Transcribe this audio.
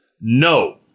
no